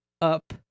up